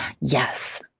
yes